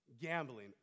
Gambling